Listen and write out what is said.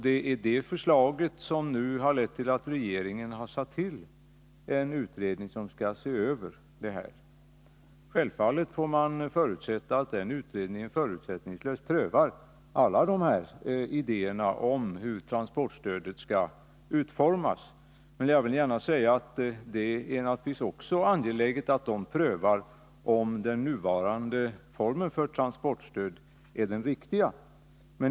Det är detta förslag som nu har lett till att regeringen har satt till en utredning som skall se över transportstödet. Självfallet får man utgå från att denna utredning förutsättningslöst prövar alla de här idéerna om hur transportstödet skall utformas, men jag vill gärna säga att det naturligtvis också är angeläget att utredningen prövar om den nuvarande formen för transportstödet är den riktiga.